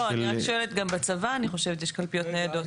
לא אני רק שואלת שגם בצבא יש קלפיות ניידות.